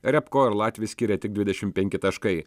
riabko ir latvį skiria tik dvidešim penki taškai